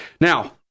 Now